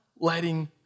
letting